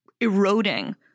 eroding